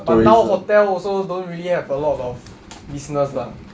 but now hotel also don't really have a lot of business lah